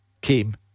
came